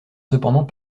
cependant